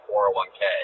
401k